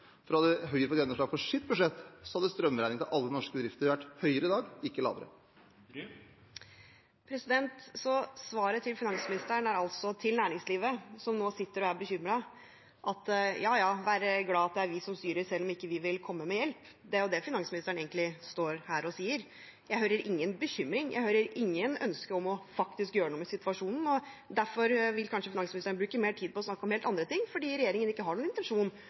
Høyre fått gjennomslag for sitt budsjett, hadde strømregningen til alle norske bedrifter vært høyere i dag, ikke lavere. Så finansministerens svar til næringslivet, som nå sitter og er bekymret, er: Ja, ja, vær glad for at det er vi som styrer, selv om vi ikke vil komme med hjelp. Det er jo det finansministeren egentlig står her og sier. Jeg hører ingen bekymring og ikke noe ønske om faktisk å gjøre noe med situasjonen. Derfor vil kanskje finansministeren bruke mer tid på å snakke om helt andre ting, fordi regjeringen ikke har noen intensjon